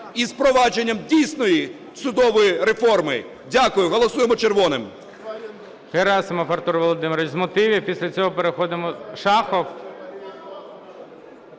і з впровадженням дійсної судової реформи. Дякую. Голосуємо червоним.